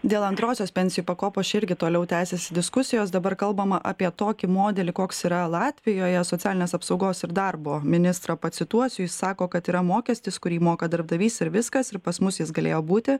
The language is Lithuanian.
dėl antrosios pensijų pakopos čia irgi toliau tęsiasi diskusijos dabar kalbama apie tokį modelį koks yra latvijoje socialinės apsaugos ir darbo ministrą pacituosiu jis sako kad yra mokestis kurį moka darbdavys ir viskas ir pas mus jis galėjo būti